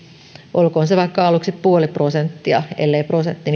olkoon se vaikka aluksi puoli prosenttia ellei prosentti